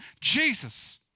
Jesus